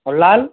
और लाल